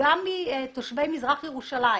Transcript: מלהיות תושבי מזרח ירושלים,